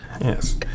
Yes